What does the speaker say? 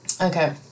okay